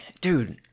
Dude